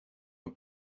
een